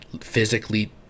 physically